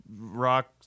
rock